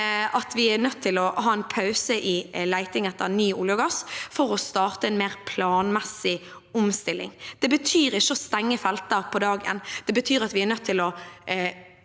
til å ha en pause i leting etter ny olje og gass for å starte en mer planmessig omstilling. Det betyr ikke å stenge felter på dagen.